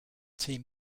team